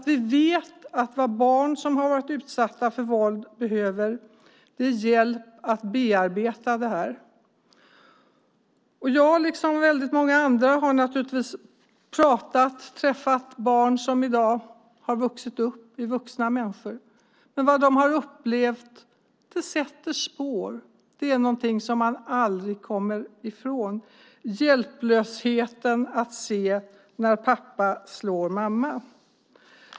Vi vet att vad barn som har varit utsatta för våld behöver är hjälp att bearbeta det. Jag liksom väldigt många andra har naturligtvis träffat barn som har vuxit upp och som i dag är vuxna människor, och vad de har upplevt sätter spår. Någonting som man aldrig kommer ifrån är hjälplösheten att se när pappa slår mamma.